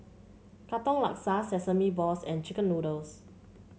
Katong Laksa Sesame Balls and chicken noodles